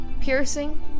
piercing